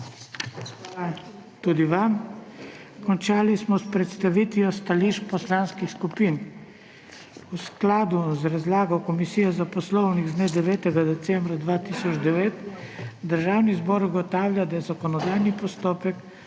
tudi vam. Končali smo s predstavitvijo stališč poslanskih skupin. V skladu z razlago Komisije za poslovnik z dne 9. decembra 2009 Državni zbor ugotavlja, da je zakonodajni postopek